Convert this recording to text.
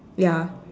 ya